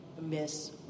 Miss